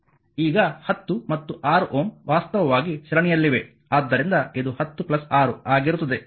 ಈಗ 10 ಮತ್ತು 6Ω ವಾಸ್ತವವಾಗಿ ಸರಣಿಯಲ್ಲಿವೆ ಆದ್ದರಿಂದ ಇದು 10 6 ಆಗಿರುತ್ತದೆ